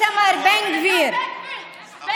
גם במגזר שלכם.